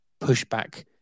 pushback